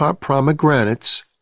pomegranates